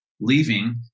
leaving